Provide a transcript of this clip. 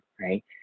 right